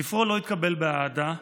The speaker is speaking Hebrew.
ספרו לא התקבל באהדה,